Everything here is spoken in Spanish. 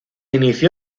inició